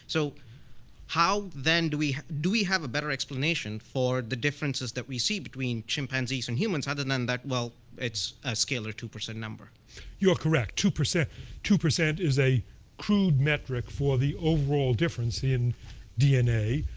so how then do we do we have a better explanation for the differences that we see between chimpanzees and humans other than that, well, it's a scalar two percent number? jared diamond you are correct. two percent two percent is a crude metric for the overall difference in dna.